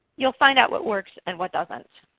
you'll find out what works and what doesn't.